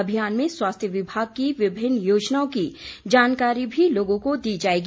अभियान में स्वास्थ्य विभाग की विभिन्न योजनाओं की जानकारी भी लोगों को दी जाएगी